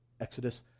Exodus